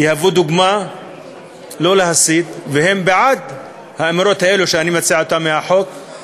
יהיו דוגמה לא להסית והם בעד האמירות האלה שאני מציע בחוק.